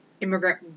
immigrant